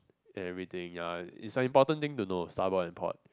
and everything ya is a important thing to know starboard and port